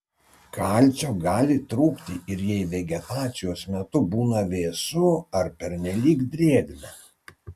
kalcio gali trūkti ir jei vegetacijos metu būna vėsu ar pernelyg drėgna